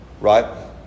right